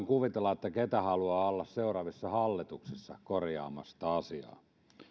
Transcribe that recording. kuvitella kuka haluaa olla seuraavissa hallituksissa korjaamassa sitä asiaa